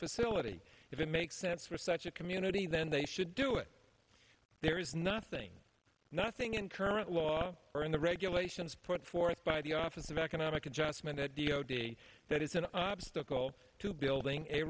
facility if it makes sense for such a community then they should do it there is nothing nothing in current law or in the regulations put forth by the office of economic adjustment that d o t that is an obstacle to building a